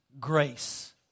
grace